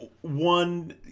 one